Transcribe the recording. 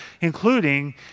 including